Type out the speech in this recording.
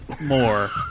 more